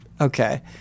Okay